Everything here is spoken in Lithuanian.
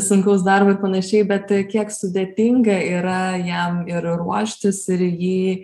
sunkaus darbo ir panašiai bet kiek sudėtinga yra jam ir ruoštis ir jį